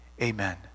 Amen